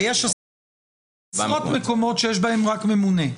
ויש עשרות מקומות שיש בהם רק ממונה.